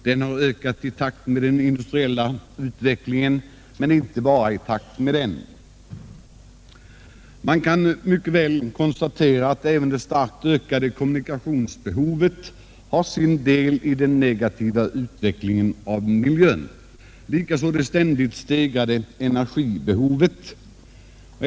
De har ökat i takt med den industriella utvecklingen, men inte bara i takt med den. Man kan mycket lätt konstatera, att även det starkt ökade kommunikationsbehovet har sin del i den negativa utvecklingen av miljön, likaså det ständigt stegrade energibehovet.